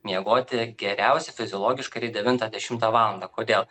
miegoti geriausia fiziologiškai tai devintą dešimtą valandą kodėl